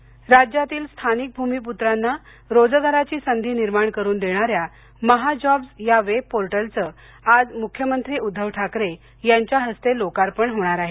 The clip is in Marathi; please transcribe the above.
वेबपोर्टल राज्यातील स्थानिक भूमिप्त्रांना रोजगाराची संधी निर्माण करून देणाऱ्या महाजॉब्स यावेबपोर्टलचे आज मुख्यमंत्री उद्धव ठाकरे यांच्या हस्ते लोकार्पण होणार आहे